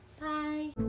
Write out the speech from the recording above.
Bye